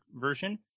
version